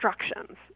instructions